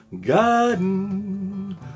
garden